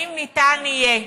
האם אפשר יהיה,